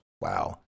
wow